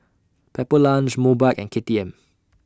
Pepper Lunch Mobike and K T M